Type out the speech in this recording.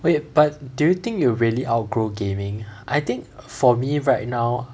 but you but do you think you'll really outgrow gaming I think for me right now